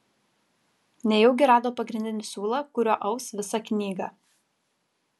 nejaugi rado pagrindinį siūlą kuriuo aus visą knygą